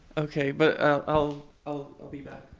ok, but i'll, i'll be back.